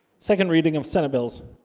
second reading of senate bill